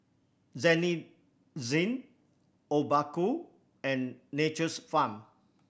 Denizen Obaku and Nature's Farm